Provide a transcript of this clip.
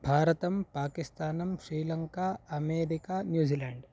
भारतं पाकिस्तानं Sri Lanka America New Zealand